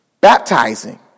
Baptizing